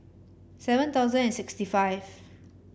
seven thousand and sixty five